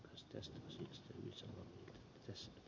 mistäs te on